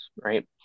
right